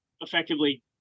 effectively